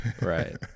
Right